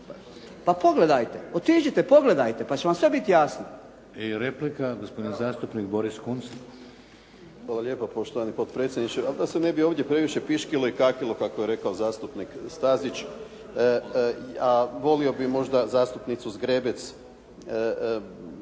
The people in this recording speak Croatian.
Pa pogledajte. Otiđite, pogledajte pa će vam sve biti jasno.